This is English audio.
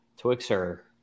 Twixer